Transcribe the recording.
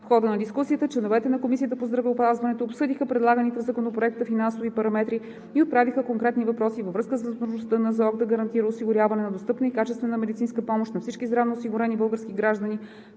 В хода на дискусията членовете на Комисията по здравеопазването обсъдиха предлаганите в Законопроекта финансови параметри и отправиха конкретни въпроси във връзка с възможността НЗОК да гарантира осигуряването на достъпна и качествена медицинска помощ на всички здравноосигурени български граждани